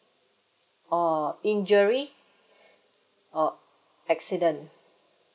or injury or accident